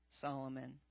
Solomon